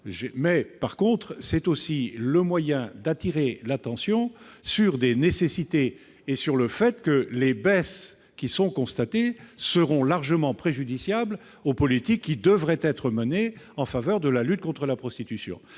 indispensable. C'est pour moi un moyen d'attirer l'attention sur des nécessités et sur le fait que les baisses constatées seront largement préjudiciables aux politiques qui devraient être menées en faveur de la lutte contre la prostitution.